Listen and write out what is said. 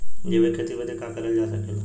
जैविक खेती बदे का का करल जा सकेला?